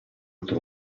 oltre